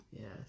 Yes